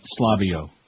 Slavio